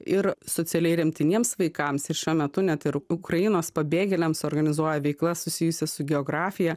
ir socialiai remtiniems vaikams ir šiuo metu net ir ukrainos pabėgėliams organizuoja veiklas susijusias su geografija